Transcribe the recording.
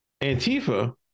Antifa